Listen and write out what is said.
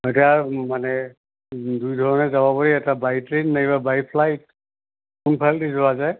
এতিয়া মানে দুই ধৰণে যাব পাৰি এটা বাই ট্ৰেইন নাইবা বাই ফ্লাইট কোন ফাল দি যোৱা যায়